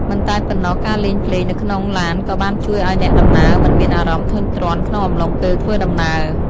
មិនតែប៉ុណ្ណោះ ការលេងភ្លេងនៅក្នុងឡានក៏បានជួយឱ្យអ្នកដំណើរមិនមានអារម្មណ៍ធុញទ្រាន់ក្នុងអំឡុងពេលធ្វើដំណើរ។